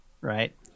right